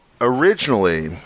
originally